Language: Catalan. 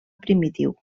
primitiu